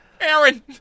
Aaron